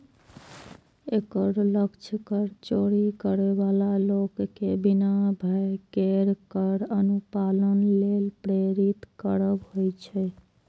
एकर लक्ष्य कर चोरी करै बला लोक कें बिना भय केर कर अनुपालन लेल प्रेरित करब होइ छै